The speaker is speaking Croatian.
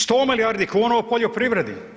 100 milijardi kuna u poljoprivredi.